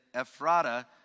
Ephrata